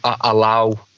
allow